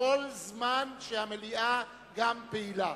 בכל זמן שגם המליאה פעילה.